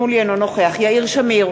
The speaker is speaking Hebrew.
אינו נוכח יאיר שמיר,